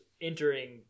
entering